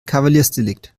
kavaliersdelikt